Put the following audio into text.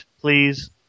Please